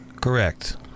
Correct